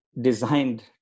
designed